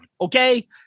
okay